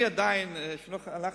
יואל,